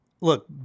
look